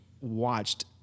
watched